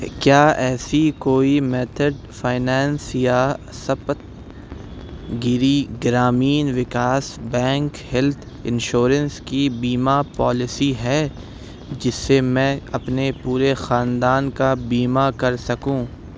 کیا ایسی کوئی میتھڈ فائننس یا Saptagiri Grameen Vikas bank health insurance کی بیمہ پالیسی ہے جس سے میں اپنے پورے خاندان کا بیمہ کر سکوں